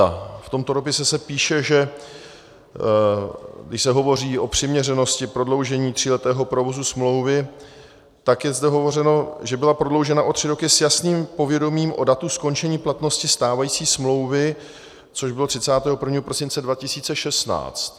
V tomto dopise se píše, že když se hovoří o přiměřenosti prodloužení tříletého provozu smlouvy, tak je zde hovořeno, že byla prodloužena o tři roky s jasným povědomím o datu skončení platnosti stávající smlouvy, což bylo 31. prosince 2016.